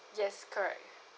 yes correct